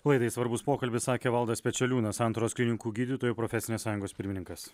laidai svarbus pokalbis sakė valdas pečeliūnas santaros klinikų gydytojų profesinės sąjungos pirmininkas